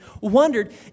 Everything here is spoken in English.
wondered